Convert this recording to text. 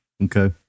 Okay